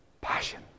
Passion